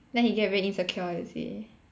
then he get very insecure is it